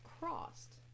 crossed